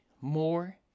more